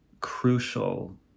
crucial